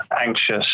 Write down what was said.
anxious